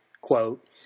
quote